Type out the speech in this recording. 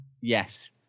Yes